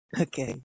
Okay